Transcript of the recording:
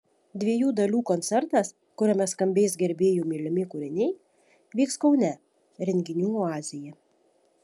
dviejų dalių koncertas kuriame skambės gerbėjų mylimi kūriniai vyks kaune renginių oazėje